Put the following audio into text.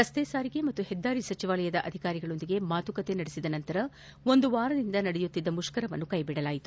ರಸ್ತೆ ಸಾರಿಗೆ ಮತ್ತು ಹೆದ್ದಾರಿ ಸಚಿವಾಲಯದ ಅಧಿಕಾರಿಗಳೊಂದಿಗೆ ಮಾತುಕತೆ ನಡೆಸಿದ ನಂತರ ಒಂದು ವಾರದಿಂದ ನಡೆಸುತ್ತಿದ್ದ ಮುಷ್ತರವನ್ನು ಕೈ ಬಿಡಲಾಗಿದೆ